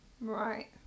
Right